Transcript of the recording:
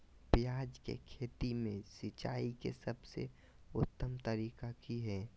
प्याज के खेती में सिंचाई के सबसे उत्तम तरीका की है?